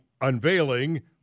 unveiling